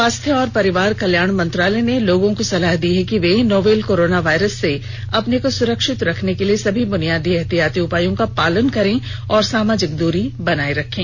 स्वास्थ्य और परिवार कल्याण मंत्रालय ने लोगों को सलाह दी है कि वे नोवल कोरोना वायरस से अपने को सुरक्षित रखने के लिए सभी बुनियादी एहतियाती उपायों का पालन करें और सामाजिक दूरी बनाए रखें